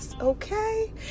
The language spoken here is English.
Okay